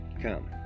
come